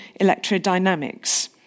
electrodynamics